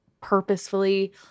purposefully